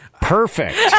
Perfect